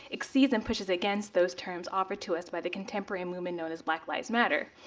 exceeds and pushes against those terms offered to us by the contemporary movement known as black lives matter.